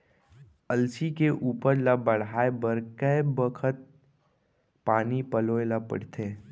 अलसी के उपज ला बढ़ए बर कय बखत पानी पलोय ल पड़थे?